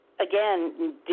again